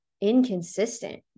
inconsistent